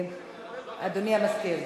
אדוני המזכיר?